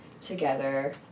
together